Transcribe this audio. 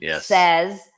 says